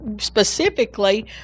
specifically